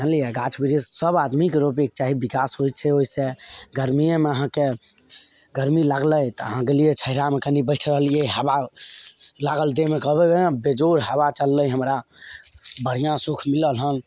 जनलियै गाछ बृक्ष सब आदमीके रोपेके चाही बिकास होइत छै ओहिसे गरमिएमे अहाँके गरमी लागलै तऽ अहाँ गेलिए छायामे कनी बैठ रहलिऐ हबा लागल देहमे कहबै अयँ बेजोड़ हबा चललै हमरा बढ़िआँ सुख मिलल हन